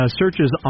searches